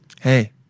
hey